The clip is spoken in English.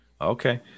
Okay